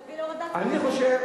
זה יביא להורדת מחירים.